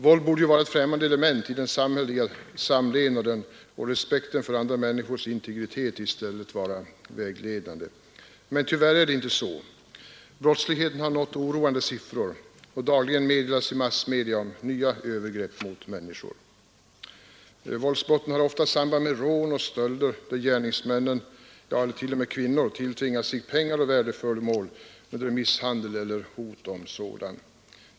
Våld borde ju vara ett främmande element i den samhälleliga samlevnaden, och respekten för andra människors integritet borde i stället vara vägledande. Men tyvärr är det inte så. Siffrorna över brottsligheten har nått en oroande höjd, och dagligen meddelas i massmedia nya övergrepp mot människor. Våldsbrotten har ofta samband med rån och stölder, där gärningsmännen — eller t.o.m. kvinnor — tilltvingar sig pengar och värdeföremål under misshandel eller hot om sådan.